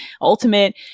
Ultimate